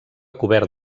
cobert